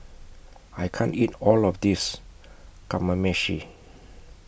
I can't eat All of This Kamameshi